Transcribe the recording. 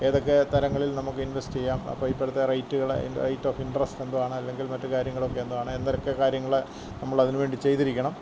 ഏതൊക്കെ തരങ്ങളില് നമുക്കിന്വെസ്റ്റ് ചെയ്യാം അപ്പം ഇപ്പോഴത്തെ റേറ്റ്കൾ അതിന്റെ റേറ്റ് ഓഫ് ഇന്റെറസ്റ്റെന്തുവാണ് അല്ലെങ്കില് മറ്റ് കാര്യങ്ങളൊക്കെ എന്തുവാണ് എന്തരെക്കെ കാര്യങ്ങൾ നമ്മളതിന് വേണ്ടി ചെയ്തിരിക്കണം